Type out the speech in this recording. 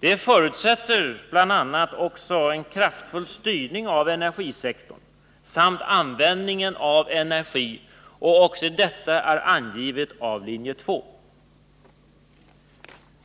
Det betyder också en kraftfull styrning av energisektorn samt användningen av energi. Också detta är angivet av linje 2.